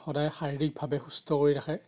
সদায় শাৰীৰিকভাৱে সুস্থ কৰি ৰাখে